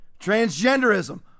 transgenderism